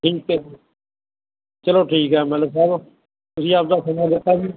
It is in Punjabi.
ਚਲੋ ਠੀਕ ਆ ਐੱਮ ਐੱਲ ਏ ਸਾਹਿਬ ਤੁਸੀਂ ਆਪਣਾ ਸਮਾਂ ਦਿੱਤਾ ਜੀ